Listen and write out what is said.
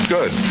Good